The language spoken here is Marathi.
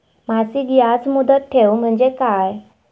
मासिक याज मुदत ठेव म्हणजे काय?